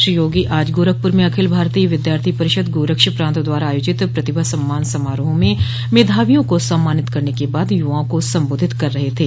श्री योगी आज गोरखपूर में अखिल भारतीय विद्यार्थी परिषद गोरक्ष प्रान्त द्वारा आयोजित प्रतिभा सम्मान समारोह में मेधावियों को सम्मानित करने के बाद युवाओं को संबोधित कर रहे थे